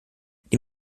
die